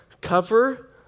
cover